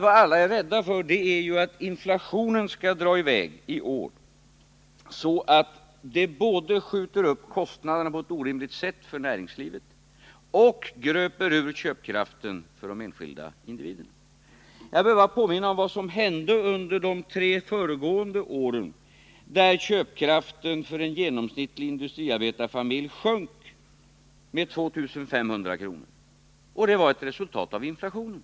Vad alla är rädda för är ju att inflationen i år drar i väg så att kostnaderna för näringslivet skjuter i höjden på ett orimligt sätt samt gröper ur köpkraften för de enskilda individerna. Jag behöver bara påminna om vad som hände under de tre föregående åren, då köpkraften för den genomsnittliga industriarbetarfamiljen sjönk med 2 500 kr. Det var ett resultat av inflationen.